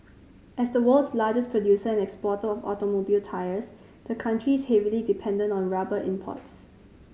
as the world's largest producer and exporter of automobile tyres the country's heavily dependent on rubber imports